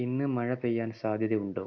ഇന്ന് മഴ പെയ്യാൻ സാധ്യത ഉണ്ടോ